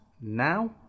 now